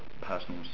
personal